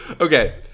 Okay